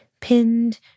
Pinned